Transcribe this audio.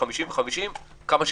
כמה שיותר.